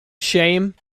shame